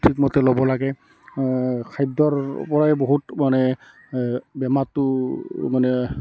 ঠিকমতে ল'ব লাগে খাদ্যৰ পৰাই বহুত মানে বেমাৰটো মানে